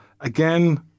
again